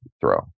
throw